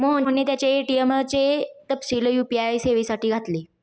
मोहनने त्याचे ए.टी.एम चे तपशील यू.पी.आय सेवेसाठी घातले